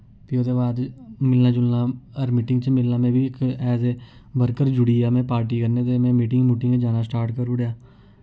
फ्ही ओह्दे बाद मिलना जुलना हर मीटिंग च मिलना में बी इक ऐज ए वर्कर जुड़ेआ में पार्टी कन्नै ते में मीटिंग मुटिंग जाना स्टार्ट करी ओड़ेआ